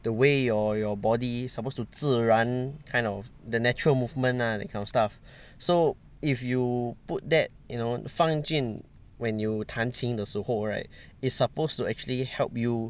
the way your your body suppose to 自然 kind of the natural movement lah that kind of stuff so if you put that you know 放进 when you 弹琴的时候 right it's supposed to actually help you